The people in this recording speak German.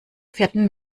vierten